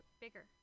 bigger